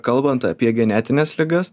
kalbant apie genetines ligas